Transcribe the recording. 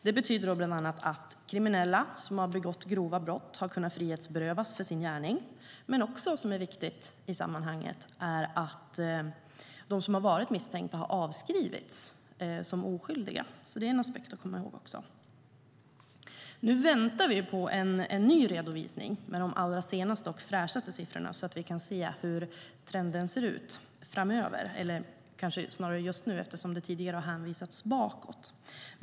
Det betyder bland annat att kriminella som har begått grova brott har kunnat frihetsberövas för sin gärning men också, vilket är viktigt i sammanhanget, att misstänkta har avskrivits som oskyldiga. Det är också en aspekt att komma ihåg. Vi väntar nu på en ny redovisning med de allra senaste och fräschaste siffrorna så att vi kan se trenden framöver, eller kanske snarare just nu eftersom det tidigare har hänvisats bakåt.